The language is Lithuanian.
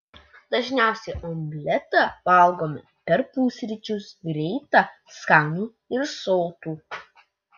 dažniausiai omletą valgome per pusryčius greita skanu ir sotu